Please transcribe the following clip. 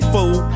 Fool